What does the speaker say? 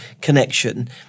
connection